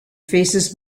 faces